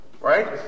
Right